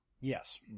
Yes